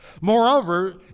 Moreover